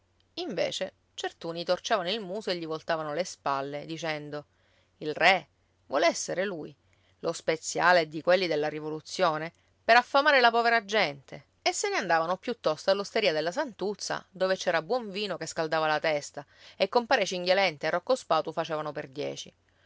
invece certuni torcevano il muso e gli voltavano le spalle dicendo il re vuol essere lui lo speziale è di quelli della rivoluzione per affamare la povera gente e se ne andavano piuttosto all'osteria della santuzza dove c'era buon vino che scaldava la testa e compare cinghialenta e rocco spatu facevano per dieci